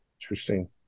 interesting